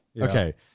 okay